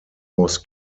was